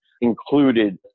included